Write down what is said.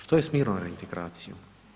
Što je s mirnom reintegracijom?